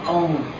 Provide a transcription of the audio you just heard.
own